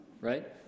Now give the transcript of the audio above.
Right